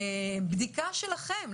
בדיקה שלכם,